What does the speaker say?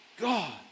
God